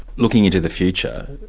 looking into the future,